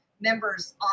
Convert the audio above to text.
members